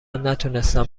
نتونستم